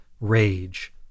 rage